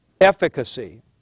efficacy